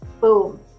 boom